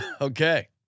Okay